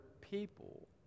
people